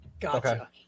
gotcha